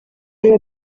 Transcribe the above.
biba